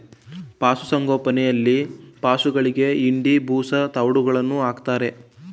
ಪಶುಸಂಗೋಪನೆಯಲ್ಲಿ ಪಶುಗಳಿಗೆ ಹಿಂಡಿ, ಬೂಸಾ, ತವ್ಡುಗಳನ್ನು ಹಾಕ್ತಾರೆ